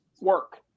work